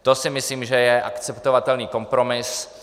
To si myslím, že je akceptovatelný kompromis.